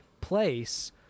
place